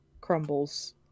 crumbles